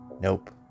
Nope